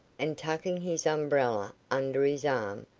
and tucking his umbrella under his arm,